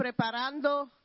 preparando